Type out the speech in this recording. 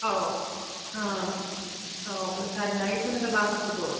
ꯑꯥꯎ ꯑ ꯑꯥꯎ ꯂꯩꯁꯥꯔꯤꯉꯩꯒꯤ ꯑꯩꯈꯣꯏꯅꯒ ꯂꯥꯡꯉꯛꯄꯗꯣ